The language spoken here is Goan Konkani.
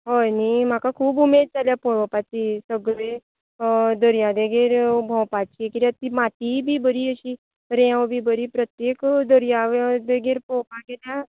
हय नी म्हाका खूब उमेद जाल्या पळोवपाची सगले अं दर्यादेगेर भोंवपाची कित्याक ती मातीय बी बरी अशी रेंव बी बरी प्रत्येक दर्यावेळेर देंगेर पळोवपाक येता